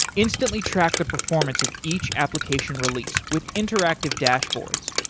instantly track the performance of each application release with interactive dashboards.